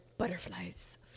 Butterflies